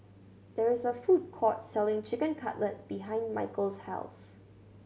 there is a food court selling Chicken Cutlet behind Mikel's house